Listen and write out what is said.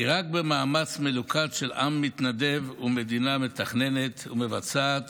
כי רק במאמץ מלוכד של עם מתנדב ומדינה מתכננת ומבצעת